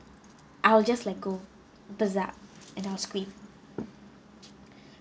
I will just like go bezerk and I'll scream